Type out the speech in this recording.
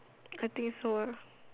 I think so lah